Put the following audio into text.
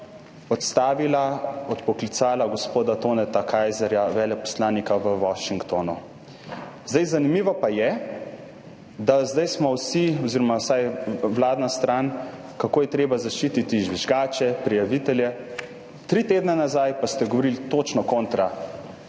odstavila, odpoklicala gospoda Toneta Kajzerja, veleposlanika v Washingtonu. Zanimivo je, da smo zdaj vsi oziroma vsaj vladna stran za to, kako je treba zaščititi žvižgače, prijavitelje, tri tedne nazaj pa ste govorili točno kontra